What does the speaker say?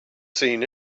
seen